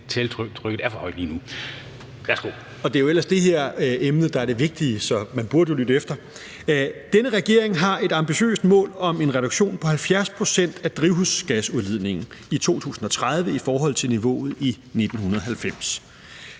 Det er jo ellers det her emne, der er det vigtige, så man burde lytte efter. Denne regering har et ambitiøst mål om en reduktion på 70 pct. af drivhusgasudledningen i 2030 i forhold til niveauet i 1990.